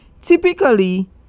Typically